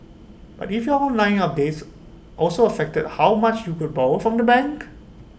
but if your online updates also affected how much you could borrow from the bank